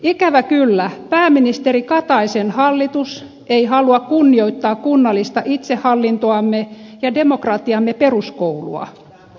ikävä kyllä pääministeri kataisen hallitus ei halua kunnioittaa kunnallista itsehallintoamme ja demokratiamme peruskoulua